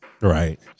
Right